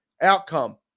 outcome